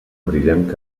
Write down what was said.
brillant